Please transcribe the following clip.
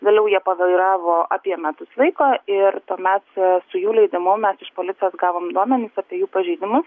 vėliau jie pavairavo apie metus laiko ir tuomet su jų leidimu mes iš policijos gavom duomenis apie jų pažeidimus